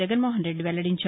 జగన్మోహనరెడ్డి వెల్లడించారు